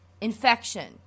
infection